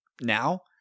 now